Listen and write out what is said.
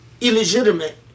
illegitimate